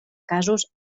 casos